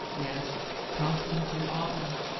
yes constance and arthur.